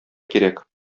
кирәк